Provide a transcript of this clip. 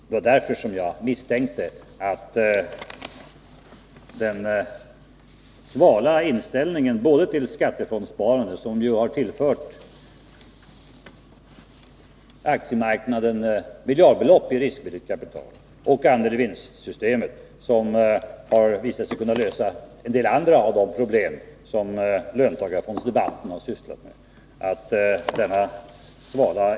Det var det förhållandet jag misstänkte låg till grund för den svala inställningen både till skattefondssparandet, som ju har tillfört aktiemarknaden miljardbelopp i riskvilligt kapital, och till andel-i-vinst-systemet, som har visat sig kunna lösa en del andra av de problem som löntagarfondsdebatten har handlat om.